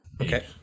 Okay